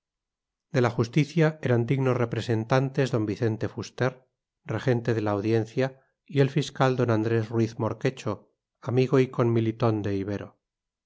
de la justicia eran dignos representantes d vicente fuster regente de la audiencia y el fiscal d andrés ruiz morquecho amigo y conmilitón de ibero